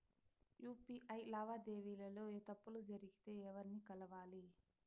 UPI లావాదేవీల లో తప్పులు జరిగితే ఎవర్ని కలవాలి?